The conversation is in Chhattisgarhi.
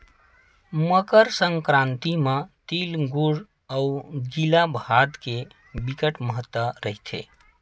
मकर संकरांति म तिली गुर अउ गिला भात के बिकट महत्ता रहिथे